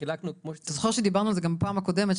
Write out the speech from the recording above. אתה זוכר שדיברנו על זה גם בפעם הקודמת,